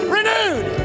Renewed